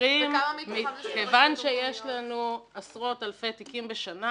--- וכמה מתוכם --- כיוון שיש לנו עשרות אלפי תיקים בשנה,